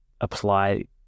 apply